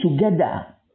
together